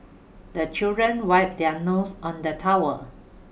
the children wipe their nose on the towel